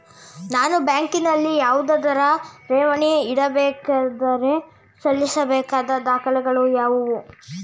ನಾನು ಬ್ಯಾಂಕಿನಲ್ಲಿ ಯಾವುದಾದರು ಠೇವಣಿ ಇಡಬೇಕಾದರೆ ಸಲ್ಲಿಸಬೇಕಾದ ದಾಖಲೆಗಳಾವವು?